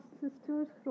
sister's